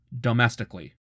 domestically